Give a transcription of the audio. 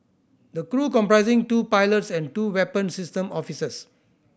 the crew comprising two pilots and two weapon system officers